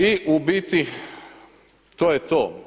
I u biti to je to.